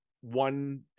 one